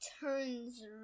turns